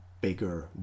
bigger